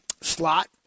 slot